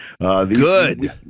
Good